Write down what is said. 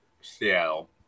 Seattle